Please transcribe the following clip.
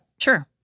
Sure